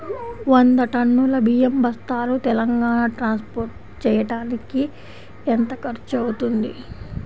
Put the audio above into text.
వంద టన్నులు బియ్యం బస్తాలు తెలంగాణ ట్రాస్పోర్ట్ చేయటానికి కి ఎంత ఖర్చు అవుతుంది?